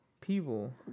people